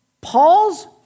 Paul's